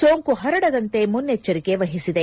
ಸೋಂಕು ಹರಡದಂತೆ ಮುನ್ನೆಚ್ಚರಿಕೆ ವಹಿಸಿದೆ